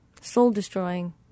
soul-destroying